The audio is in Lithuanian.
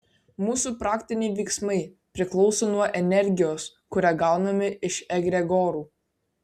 mūsų praktiniai veiksmai priklauso nuo energijos kurią gauname iš egregorų